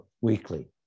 weekly